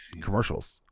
commercials